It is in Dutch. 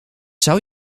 zou